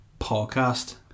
podcast